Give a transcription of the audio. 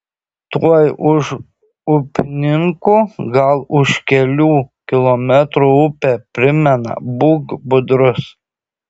tuoj už upninkų gal už kelių kilometrų upė primena būk budrus